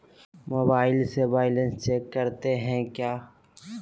Mobile से balance check करते हैं क्या?